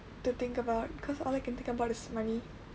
to think about because all I can think about is money